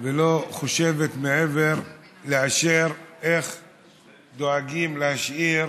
ולא חושבת מעבר לאיך דואגים להשאיר